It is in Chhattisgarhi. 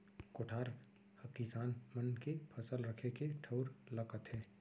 कोठार हकिसान मन के फसल रखे के ठउर ल कथें